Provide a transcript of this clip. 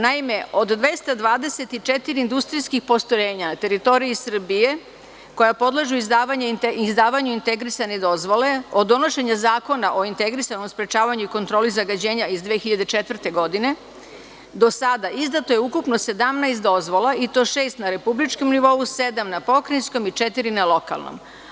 Naime, od 224 industrijskih postrojenja na teritoriji Srbije, koji podležu izdavanju integrisane dozvole, od donošenja Zakona o integrisanom sprečavanju i kontroli zagađenja iz 2004. godine, do sada izdato je ukupno 17 dozvola, i to šest na republičkom nivou, sedam na pokrajinskom i četiri na lokalnom.